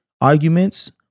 arguments